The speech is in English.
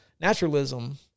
naturalism